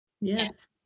Yes